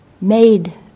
made